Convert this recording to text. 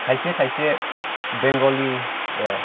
खायसे खायसे बेंगलिया